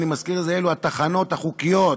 אני מזכיר שאלה התחנות החוקיות,